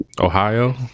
Ohio